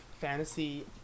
fantasy